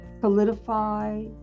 solidify